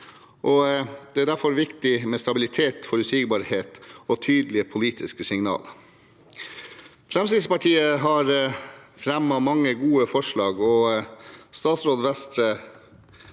det er derfor viktig med stabilitet, forutsigbarhet og tydelige politiske signaler. Fremskrittspartiet har fremmet mange gode forslag, og statsråd Vestre